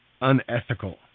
unethical